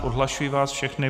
Odhlašuji vás všechny.